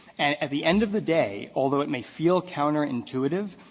and at the end of the day, although it may feel counterintuitive,